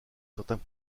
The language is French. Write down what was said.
certains